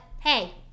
hey